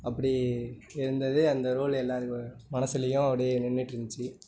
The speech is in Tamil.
அப்படி இருந்தது அந்த ரோல் எல்லார் மனதிலியும் அப்படியே நின்றுட்ருந்துச்சி